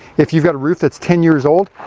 if you've got a roof that's ten years old,